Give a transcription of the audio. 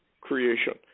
creation